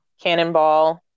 Cannonball